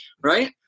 right